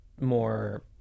more